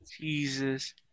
Jesus